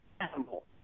animal